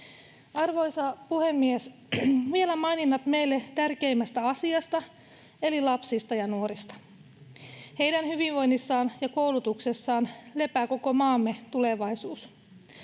Arvoisa puhemies! Vielä maininnat meille tärkeimmästä asiasta eli lapsista ja nuorista. Heidän hyvinvoinnissaan ja koulutuksessaan lepää koko maamme tulevaisuus.